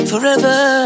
Forever